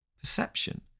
Perception